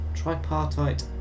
tripartite